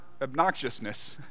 obnoxiousness